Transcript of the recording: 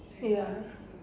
ya